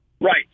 Right